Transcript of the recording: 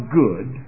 good